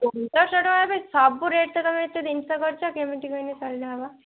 ପନ୍ଦରଶହ ଟଙ୍କା କାହିଁ ସବୁ ରେଟ୍ ତ ତମେ ଏତେ ଜିନିଷ କରିଛି କେମିତି କହିନେ କହିଲେ ହବ